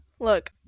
Look